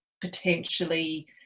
potentially